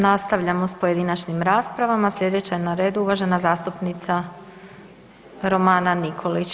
Nastavljamo s pojedinačnim raspravama, sljedeća je na redu uvažena zastupnica Romana Nikolić.